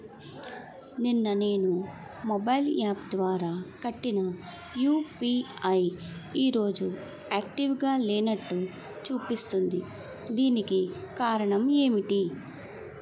నిన్న నేను mobile app ద్వారా కట్టిన యు.పి.ఐ ఈ రోజు యాక్టివ్ గా లేనట్టు చూపిస్తుంది దీనికి కారణం ఏమిటి?